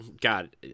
God